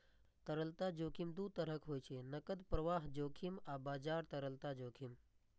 तरलता जोखिम दू तरहक होइ छै, नकद प्रवाह जोखिम आ बाजार तरलता जोखिम